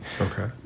Okay